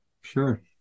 sure